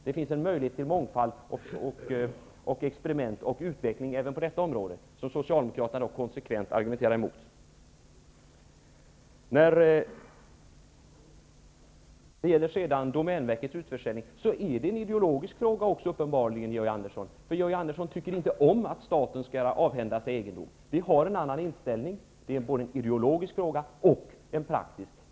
Det finns en möjlighet till mångfald, experiment och utveckling även på detta område, något som Socialdemokraterna dock konsekvent argumenterar emot. Domänverkets utförsäljning är uppenbarligen också en ideologisk fråga. Georg Andersson tycker inte om att staten skall avhända sig egendom. Vi har en annan inställning. Det är både en ideologisk och en praktisk fråga.